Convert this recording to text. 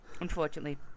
unfortunately